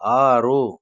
ಆರು